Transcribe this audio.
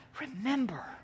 remember